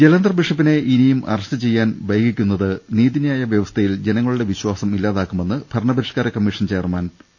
ജലന്ധർ ബിഷപ്പിനെ ഇനിയും അറസ്റ്റ് ചെയ്യാൻ വൈകിക്കുന്നത് നീതി ന്യായ വ്യവസ്ഥയിൽ ജനങ്ങളുടെ വിശ്വാസം ഇല്ലാതാക്കുമെന്ന് ഭരണപ രിഷ്കാര കമ്മീഷൻ ചെയർമാൻ വി